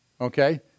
Okay